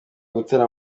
gutera